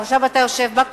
שעכשיו אתה יושב בה,